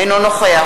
אינו נוכח